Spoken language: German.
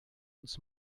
uns